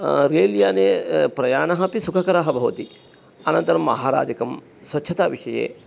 rail याने प्रयाणमपि सुखकरं भवति अनन्तरं आहारादिकं स्वच्छताविषये